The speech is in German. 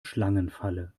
schlangenfalle